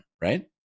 right